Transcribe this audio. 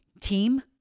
team